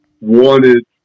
wanted